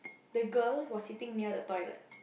the girl was sitting near the toilet